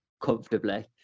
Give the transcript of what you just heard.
comfortably